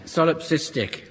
Solipsistic